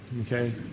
Okay